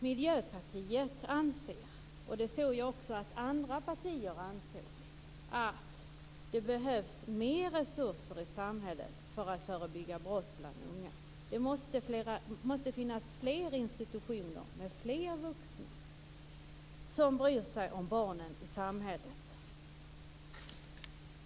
Miljöpartiet anser - även andra partier anser det - att det behövs mer resurser i samhället för att förebygga brott bland unga. Det måste finnas fler institutioner med fler vuxna som bryr sig om barnen i samhället.